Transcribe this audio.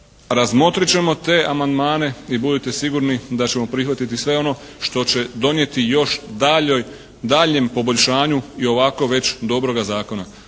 razmotrit ćemo te amandmane i budite sigurni da ćemo prihvatiti sve ono što će donijeti još daljnjem poboljšanju i ovako već dobroga Zakona.